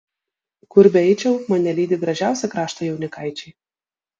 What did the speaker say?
kur beeičiau mane lydi gražiausi krašto jaunikaičiai